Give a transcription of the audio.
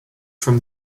from